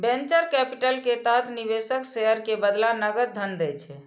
venture capital के तहत निवेशक शेयर के बदला नकद धन दै छै